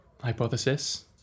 hypothesis